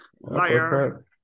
Liar